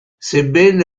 sebbene